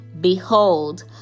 behold